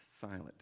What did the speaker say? silent